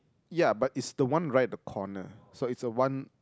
ya but it's the one right at the corner so it's a one